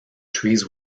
trees